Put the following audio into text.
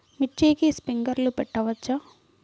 మిర్చికి స్ప్రింక్లర్లు పెట్టవచ్చా?